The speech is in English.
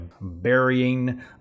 burying